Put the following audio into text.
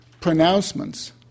pronouncements